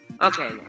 Okay